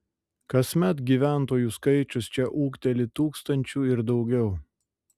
kasmet gyventojų skaičius čia ūgteli tūkstančiu ir daugiau